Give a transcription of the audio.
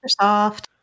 Microsoft